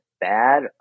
bad